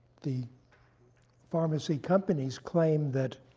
the pharmacy companies claim that